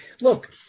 look